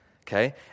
Okay